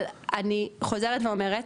אבל אני חוזרת ואומרת,